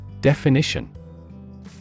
Definition